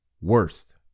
worst